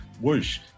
Whoosh